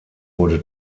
wurde